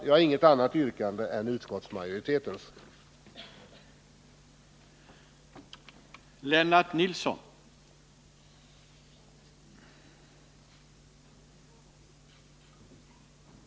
Jag har inget annat yrkande än om bifall till utskottsmajoritetens hemställan.